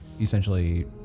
essentially